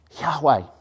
Yahweh